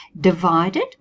divided